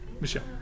Michelle